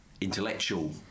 intellectual